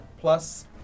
Plus